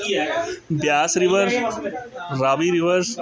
Beas river Ravi reverse